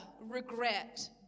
regret